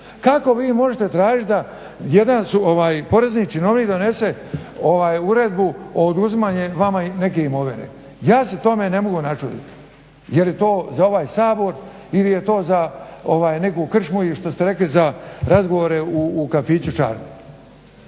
Kako vi možete tražiti da porezni činovnik donese uredbu o oduzimanja vama neke imovine. Ja se tome ne mogu načuditi. Jel je to za ovaj Sabor ili je to za neku krčmu ili što ste rekli za razgovore u kafiću Čarli.